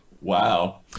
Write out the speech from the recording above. Wow